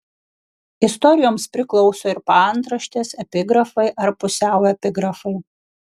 istorijoms priklauso ir paantraštės epigrafai ar pusiau epigrafai